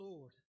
Lord